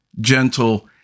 gentle